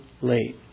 late